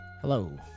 Hello